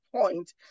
point